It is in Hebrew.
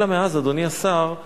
אלא, אדוני השר,